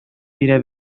бирә